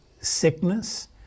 sickness